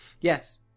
Yes